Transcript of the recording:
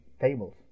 tables